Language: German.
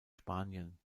spanien